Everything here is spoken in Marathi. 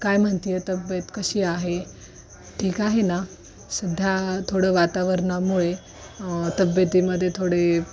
काय म्हणते आहे तब्येत कशी आहे ठीक आहे ना सध्या थोडं वातावरणामुळे तब्येतीमध्ये थोडे